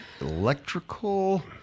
Electrical